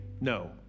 no